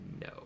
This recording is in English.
No